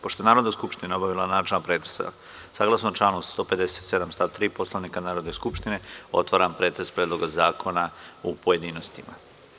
Pošto je Narodna skupština obavila načelni pretres, saglasno članu 157. stav 3. Poslovnika Narodne skupštine otvaram pretres Predloga zakona u pojedinostima.